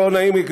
לא נעים לי,